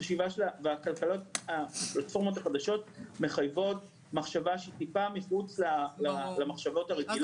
הפלטפורמות החדשות מחייבות מחשבה מחוץ למחשבות הרגילות.